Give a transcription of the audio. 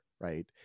right